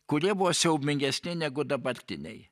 kurie buvo siaubingesni negu dabartiniai